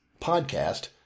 podcast